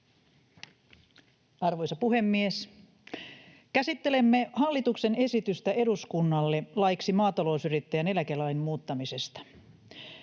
Arvoisa puhemies! Käsittelemme hallituksen esitystä eduskunnalle laiksi maatalousyrittäjän eläkelain muuttamisesta.